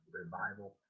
revival